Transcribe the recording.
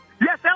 Yes